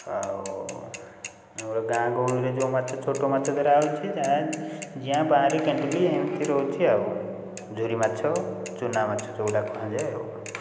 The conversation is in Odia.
ଆଉ ଆମର ଗାଁ ଗହଳିରେ ଯେଉଁ ମାଛ ଛୋଟ ମାଛ ଧରା ହେଉଛି ଯାହା ଜିଆଁ ଏମତି ରହୁଛି ଆଉ ଜୋରି ମାଛ ଚୂନାମାଛ ଯେଉଁଗୁଡ଼ା କୁହାଯାଏ ଆଉ